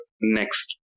next